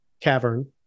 cavern